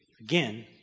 again